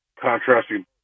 contrasting